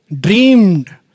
dreamed